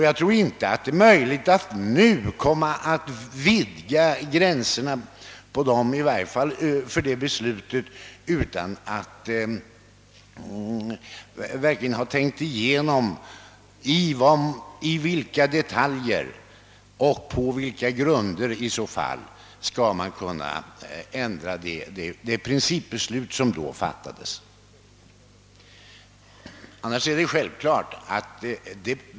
Jag tror inte att man bör vidga gränserna för det beslutet utan att verkligen ha tänkt igenom på vilka grunder och i vilka detaljer det bör ske.